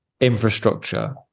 infrastructure